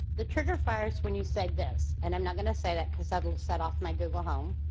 the trigger fires when you said this, and i'm not going to say that because i will set off my google home.